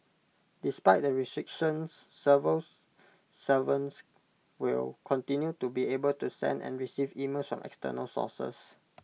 despite the restrictions civil servants will continue to be able to send and receive emails from external sources